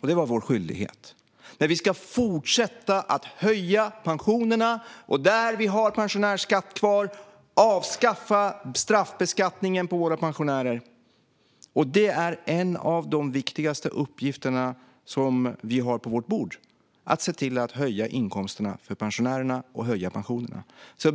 Det var vår skyldighet. Men vi ska fortsätta att höja pensionerna. Och där vi har pensionärsskatt kvar ska vi avskaffa straffbeskattningen för våra pensionärer. Det är en av de viktigaste uppgifter som vi har på vårt bord: att se till att höja inkomsterna för pensionärerna och höja pensionerna.